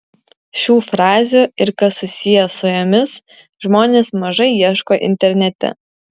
šių frazių ir kas susiję su jomis žmonės mažai ieško internete